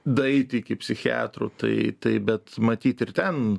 daeiti iki psichiatrų tai tai bet matyt ir ten